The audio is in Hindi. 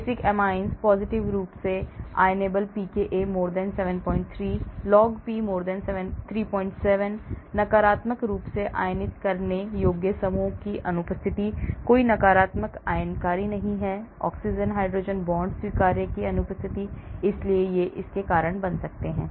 बेसिक एमाइन्स पॉजिटिव रूप से आयनिसेबल pKa 73 log P 37 नकारात्मक रूप से आयनित करने योग्य समूहों की अनुपस्थिति कोई नकारात्मक आयनकारी नहीं हैं ऑक्सीजन हाइड्रोजन बॉन्ड स्वीकर्स की अनुपस्थिति है इसलिए ये इसके कारण बन सकते हैं